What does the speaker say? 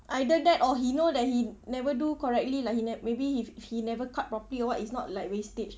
either that or he know that he never do correctly lah he ne~ maybe if he never cut properly or what it's not like wastage